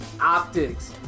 optics